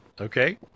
okay